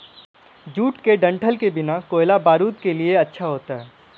jute के डंठल से बना कोयला बारूद के लिए अच्छा होता है